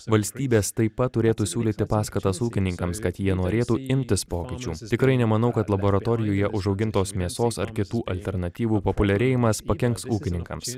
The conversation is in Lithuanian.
valstybės taip pat turėtų siūlyti paskatas ūkininkams kad jie norėtų imtis pokyčių tikrai nemanau kad laboratorijoje užaugintos mėsos ar kitų alternatyvų populiarėjimas pakenks ūkininkams